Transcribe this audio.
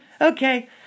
Okay